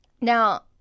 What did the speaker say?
Now